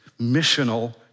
missional